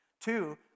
Two